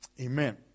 Amen